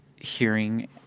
hearing